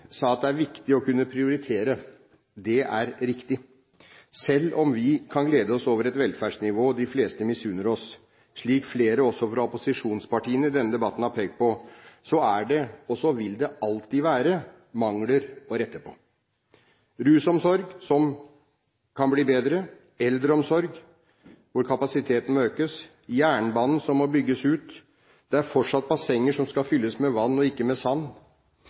sa at det er viktig å kunne prioritere. Det er riktig. Selv om vi kan glede oss over et velferdsnivå de fleste misunner oss, slik flere også fra opposisjonspartiene i denne debatten har pekt på, er det – og det vil det alltid være – mangler å rette på: rusomsorg som kan bli bedre, eldreomsorg, der kapasiteten må økes, jernbanen som må bygges ut. Det er fortsatt bassenger som skal fylles med vann og ikke med sand.